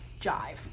jive